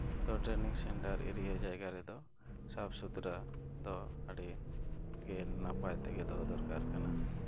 ᱛᱚ training centre area ᱡᱟᱭᱜᱟ ᱨᱮᱫᱚ ᱥᱟᱯᱷᱼᱯᱛᱨᱟᱹ ᱫᱚ ᱟᱹᱰᱤᱜᱮ ᱱᱟᱯᱟᱭ ᱛᱮᱜᱮ ᱫᱚᱦᱚ ᱫᱚᱨᱠᱟᱨ ᱠᱟᱱᱟ